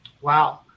Wow